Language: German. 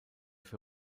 für